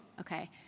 Okay